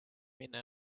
minna